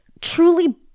truly